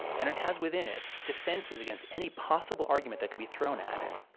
and it has within it defenses against any possible argument that could be thrown at it.